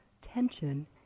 tension